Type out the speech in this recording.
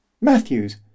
Matthews